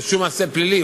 לשום מעשה פלילי.